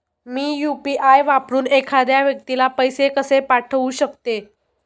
मी UPI वापरून एखाद्या व्यक्तीला पैसे कसे पाठवू शकते?